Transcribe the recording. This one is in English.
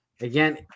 again